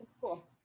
Cool